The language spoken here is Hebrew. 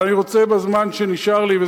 אני רוצה בזמן שנשאר לי,